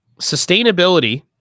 Sustainability